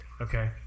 Okay